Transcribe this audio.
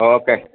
okay